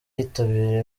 yitabira